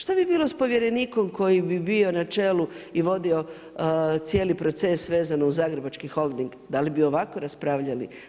Šta bi bilo sa povjerenikom koji bi bio na čelu i vodi cijeli proces vezano uz Zagrebački holding, da li bi ovako raspravljali?